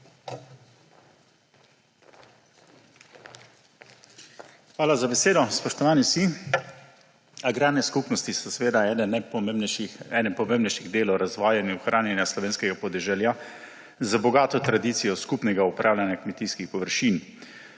Hvala za besedo. Spoštovani vsi! Agrarne skupnosti so seveda eden pomembnejših delov razvoja in ohranjanja slovenskega podeželja, z bogato tradicijo skupnega upravljanja kmetijskih površin,